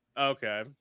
Okay